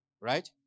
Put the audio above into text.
right